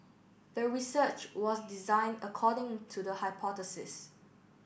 the research was designed according to the hypothesis